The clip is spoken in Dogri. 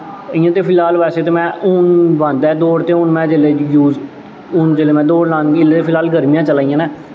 इ'यां ते फिलहाल बैसे ते में हून बंद ऐ दौड़ ते हून में शूज़ हून जिसलै में दौड़ लानी हून ते फिलहाल गर्मियां चलादियां न